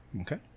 Okay